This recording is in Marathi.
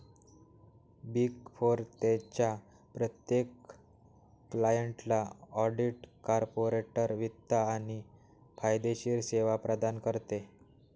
बिग फोर त्यांच्या प्रत्येक क्लायंटला ऑडिट, कॉर्पोरेट वित्त आणि कायदेशीर सेवा प्रदान करते